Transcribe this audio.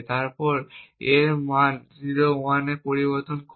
এবং তারপর A এর মান 01 এ পরিবর্তন করে